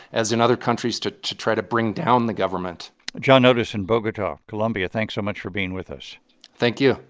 as in other countries, to to try to bring down the government john otis in bogota, colombia. thanks so much for being with us thank you